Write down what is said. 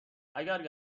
گفتاگر